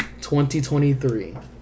2023